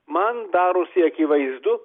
man darosi akivaizdu